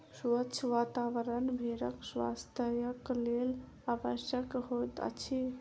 स्वच्छ वातावरण भेड़क स्वास्थ्यक लेल आवश्यक होइत अछि